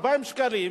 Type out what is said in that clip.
40 שקלים,